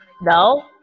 No